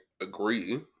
agree